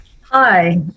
Hi